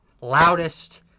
loudest